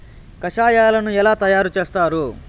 కషాయాలను ఎలా తయారు చేస్తారు?